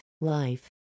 life